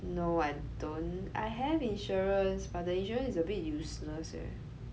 no I don't I have insurance but the insurance is a bit useless eh